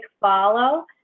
follow